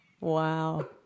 wow